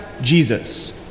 Jesus